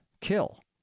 kill